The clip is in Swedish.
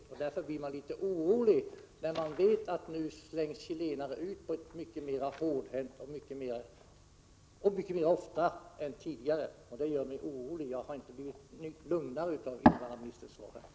Mot denna bakgrund blir man litet orolig, när man vet att chilenare slängs ut på ett mycket mera hårdhänt sätt än tidigare och mycket oftare. Detta gör mig som sagt orolig, och jag har inte blivit lugnare genom invandrarministerns svar här.